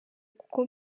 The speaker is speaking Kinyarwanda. kuko